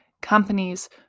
companies